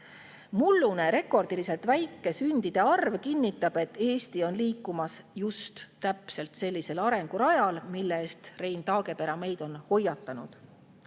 Mullune rekordiliselt väike sündide arv kinnitab, et Eesti liigub just täpselt sellisel arengurajal, mille eest Rein Taagepera meid on hoiatanud.